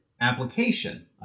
application